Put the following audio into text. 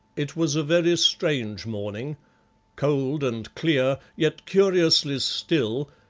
it was a very strange morning cold and clear, yet curiously still,